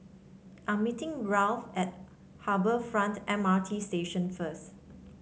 I'm meeting Ralph at Harbour Front M R T Station first